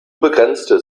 begrenzte